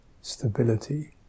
stability